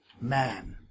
man